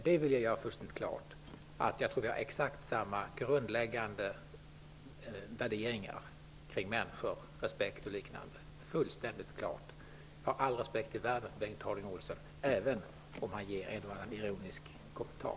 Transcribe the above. Jag vill dock göra fullständigt klart att jag tror att vi har exakt samma grundläggande värderingar när det gäller respekt för människors uppfattningar osv. Det är fullständigt klart att jag har all respekt i världen för Bengt Harding Olson, även om han gör en och annan ironisk kommentar.